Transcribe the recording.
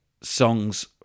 songs